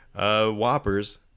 Whoppers